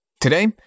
Today